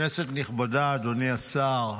כנסת נכבדה, אדוני השר,